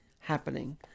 happening